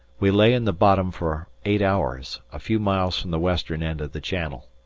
we lay in the bottom for eight hours, a few miles from the western end of the channel.